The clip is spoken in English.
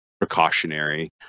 precautionary